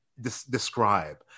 describe